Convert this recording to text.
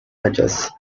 matches